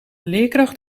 leerkracht